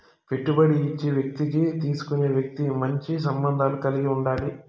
పెట్టుబడి ఇచ్చే వ్యక్తికి తీసుకునే వ్యక్తి మంచి సంబంధాలు కలిగి ఉండాలి